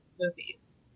movies